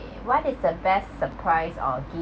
what is the best surprise or gift